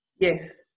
Yes